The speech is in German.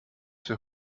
für